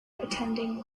attending